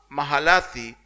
Mahalathi